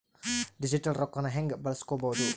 Digital ರೊಕ್ಕನ ಹ್ಯೆಂಗ ಬಳಸ್ಕೊಬೊದು?